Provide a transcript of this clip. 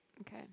Okay